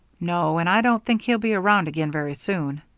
no, and i don't think he'll be around again very soon.